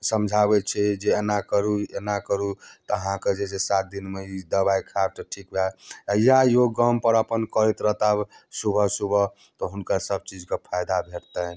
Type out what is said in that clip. समझाबै छै जे एना करू ई एना करू तऽ अहाँकेँ जे छै सात दिनमे ई दवाइ खायब तऽ ठीक होयब आ इएह योग अपन गामपर करैत रहताह सुबह सुबह तऽ हुनकर सभचीजके फायदा भेटतनि